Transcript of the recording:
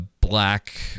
black